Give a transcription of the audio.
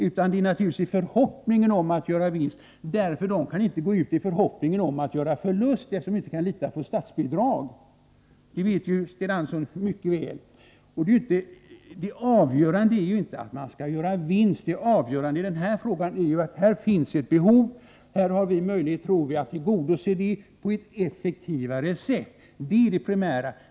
Det är naturligtvis i förhoppningen om att göra vinst de etablerar sig — de kan inte etablera sig i förhoppningen att göra förlust, eftersom de inte kan lita på statsbidrag. Detta vet Sten Andersson mycket väl. Det avgörande är ju inte att man skall göra vinst— det avgörande i den här frågan är att här finns ett behov, och vi har möjlighet att tillgodose detta på ett effektivare sätt. Det är det primära.